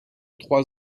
trois